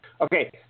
Okay